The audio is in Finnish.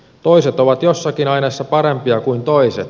toiset ovat jossakin aineessa parempia kuin toiset